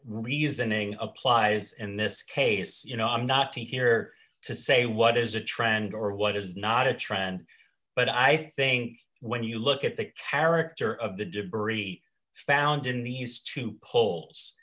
reasoning applies in this case you know i'm not here to say what is a trend or what is not a trend but i think when you look at the character of the debris found in these two pol